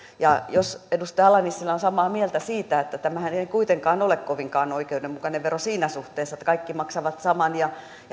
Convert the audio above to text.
jos edustaja ala nissilä on samaa mieltä siitä että tämähän ei kuitenkaan ole kovinkaan oikeudenmukainen vero siinä suhteessa että kaikki maksavat saman ja